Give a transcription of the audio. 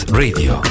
radio